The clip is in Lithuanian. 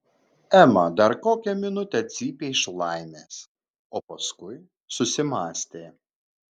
ema dar kokią minutę cypė iš laimės o paskui susimąstė